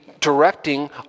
directing